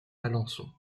alençon